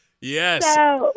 Yes